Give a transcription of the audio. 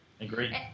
agree